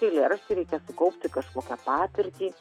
eilėraštį reikia kaupti kažkokią patirtį